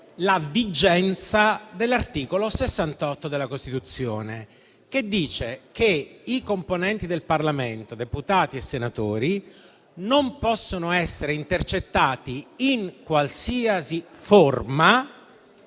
la vigenza dell'articolo 68 della Costituzione, in base al quale i componenti del Parlamento, deputati e senatori, non possono essere intercettati in qualsiasi forma